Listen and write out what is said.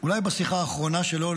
אולי בשיחה האחרונה שלו,